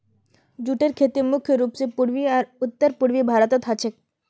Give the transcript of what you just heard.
जूटेर खेती मुख्य रूप स पूर्वी आर उत्तर पूर्वी भारतत ह छेक